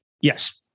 yes